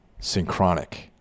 synchronic